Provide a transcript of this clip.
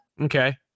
okay